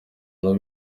amaso